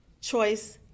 choice